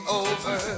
over